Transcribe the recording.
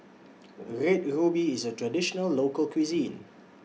Red Ruby IS A Traditional Local Cuisine